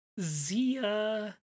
Zia